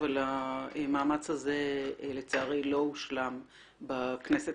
אבל המאמץ הזה לצערי לא הושלם בכנסת